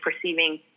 perceiving